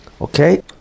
okay